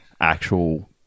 actual